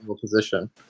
position